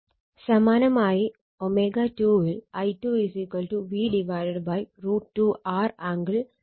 സമാനമായി ω2 ൽ I2 V√ 2 R angle 45°